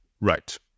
Right